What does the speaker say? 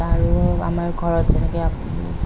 তাৰো আমাৰ ঘৰত যেনেকৈ